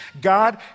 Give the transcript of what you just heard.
God